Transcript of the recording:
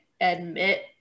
admit